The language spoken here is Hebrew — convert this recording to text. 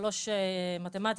שלוש מתמטיקה,